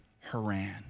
Haran